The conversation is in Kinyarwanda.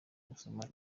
gusoma